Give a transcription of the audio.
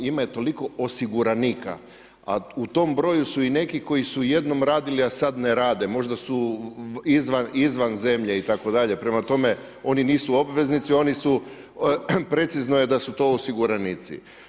Ima toliko osiguranika, a u tom broju su i neki koji su jednom radili a sad ne rade, možda su izvan zemlje itd., prema tome oni nisu obveznici, oni su, precizno je da su to osiguranici.